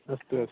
अस्तु अस्तु